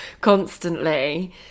constantly